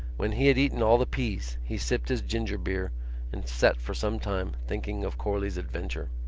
when he had eaten all the peas he sipped his ginger beer and sat for some time thinking of corley's adventure.